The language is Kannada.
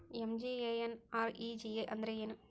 ಎಂ.ಜಿ.ಎನ್.ಆರ್.ಇ.ಜಿ.ಎ ಅಂದ್ರೆ ಏನು?